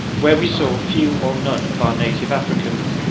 where we saw few or none of our native africans,